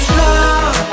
love